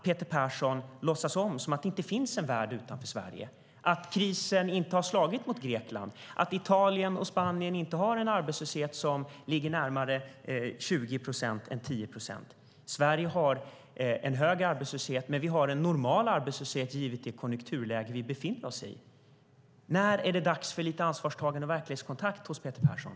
Peter Persson verkar låtsas att det inte finns en värld utanför Sverige, att krisen inte slagit mot Grekland och att Italien och Spanien inte har en arbetslöshet som ligger närmare 20 procent än 10 procent. Sverige har en hög arbetslöshet, men vi har en normal arbetslöshet givet det konjunkturläge vi befinner oss i. När är det dags för lite ansvarstagande och verklighetskontakt hos Peter Persson?